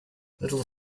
little